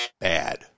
Bad